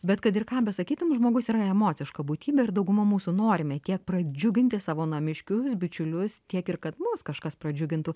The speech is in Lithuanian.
bet kad ir ką besakytum žmogus yra emociška būtybė ir dauguma mūsų norime tiek pradžiuginti savo namiškius bičiulius tiek ir kad mus kažkas pradžiugintų